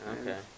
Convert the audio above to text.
Okay